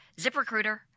ZipRecruiter